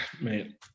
man